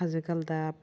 हाजो गालदाब